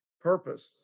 purpose